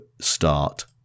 start